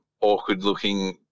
awkward-looking